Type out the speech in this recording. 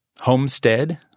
homestead